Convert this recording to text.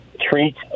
treat